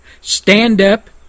stand-up